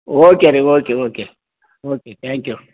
okay ರೀ okay okay okay thank you